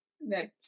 next